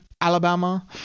Alabama